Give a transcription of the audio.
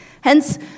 Hence